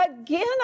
again